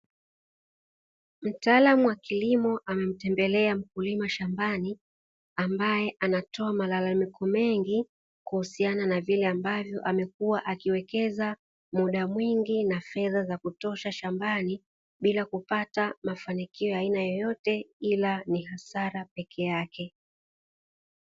Mtaalamu wa kilimo amemtembelea mkulima shambani, ambaye anatoa malalamiko mengi kuhusiana na vile ambavyo amekuwa akiwekeza muda mwingi na fedha za kutosha shambani, bila ya kupata mafanikio yoyote ila ni hasara peke yake.